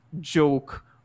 joke